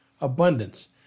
abundance